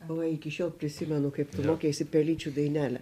oi iki šiol prisimenu kaip tu mokeisi pelyčių dainelę